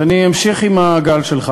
אז אני אמשיך עם הגל שלך.